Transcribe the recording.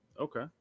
Okay